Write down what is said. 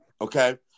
okay